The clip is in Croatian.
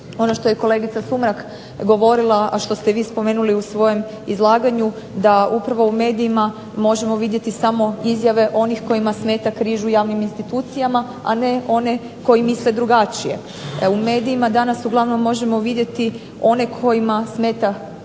ono što je kolegica Sumrak govorila, a što ste vi spomenuli u svojem izlaganju da upravo u medijima možemo vidjeti samo izjave onih kojima smeta križ u javnim institucijama, a ne one koji misle drugačije. U medijima danas uglavnom možemo vidjeti one kojima smeta